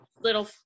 little